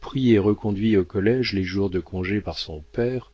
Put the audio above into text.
prit et reconduit au collége les jours de congé par son père